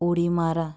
उडी मारा